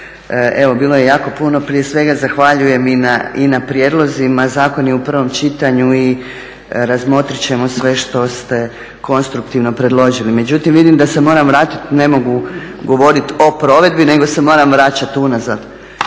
Evo bilo je jako puno. Prije svega zahvaljujem i na prijedlozima. Zakon je u prvom čitanju i razmotrit ćemo sve što ste konstruktivno predložili. Međutim, vidim da se moram vratiti, ne mogu govoriti o provedbi, nego se moram vraćati unazad.